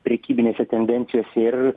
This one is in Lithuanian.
prekybinėse tendencijose ir